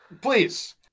Please